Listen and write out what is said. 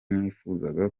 nifuzaga